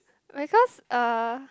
because uh